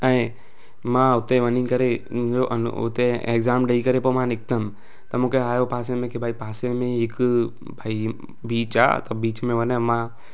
ऐं मां हुते वञी करे मुंहिंजो अन हुते एग्ज़ाम ॾेई करे पोइ मां निकितमि त मूंखे आहियो पासे में बि भई पासे में ई हिकु भई बीच आहे त बीच में वञा मां